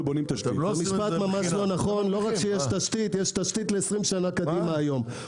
לא רק שיש תשתית יש תשתית לעשרים שנה קדימה היום.